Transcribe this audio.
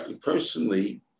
personally